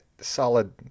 solid